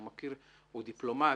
הוא דיפלומט,